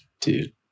Dude